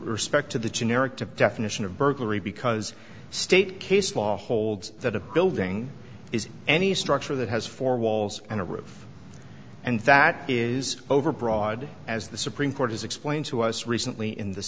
respect to the generic to definition of burglary because state case law holds that a building is any structure that has four walls and a roof and that is overbroad as the supreme court has explained to us recently in the